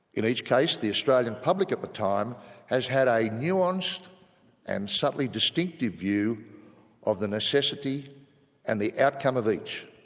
in each case the australian public at the time has had a nuanced and subtly distinctive view of the necessity and the outcome of each,